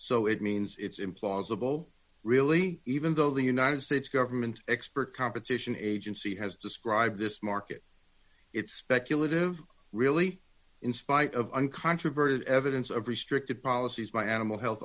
so it means it's implausible really even though the united states government expert competition agency has described this market it's speculative really in spite of uncontroverted evidence of restrictive policies by animal health